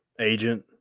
agent